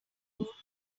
keyboard